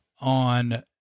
on